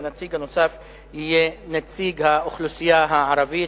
והנציג הנוסף יהיה נציג האוכלוסייה הערבית,